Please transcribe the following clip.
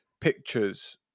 pictures